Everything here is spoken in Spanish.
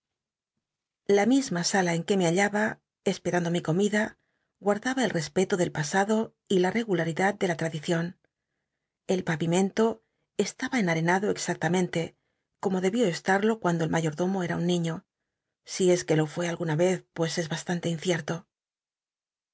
la misma sala en que me hallaba cspcrnndo mi comida gu l'daba el respeto del pasado y la rcguhwidad de la tradición el pavimento estaba cnaenado exactamente como debió estarlo cuan do el mayordomo era un niíío si es que lo fué alguna i'cz pues es bastante incierto